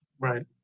Right